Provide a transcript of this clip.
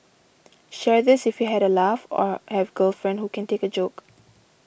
share this if you had a laugh or have girlfriend who can take a joke